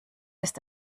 ist